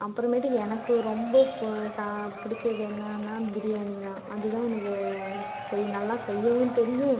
அப்புறமேட்டுக்கு எனக்கு ரொம்ப இப்போ சா பிடிச்சது என்னென்னா பிரியாணி தான் அதுதான் எனக்கு செ நல்லா செய்யவும் தெரியும்